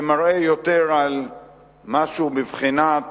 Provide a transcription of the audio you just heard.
זה מראה יותר על משהו בבחינת